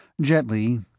Gently